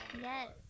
Yes